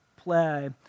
play